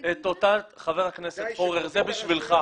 חבר הכנסת פורר, זה בשבילך.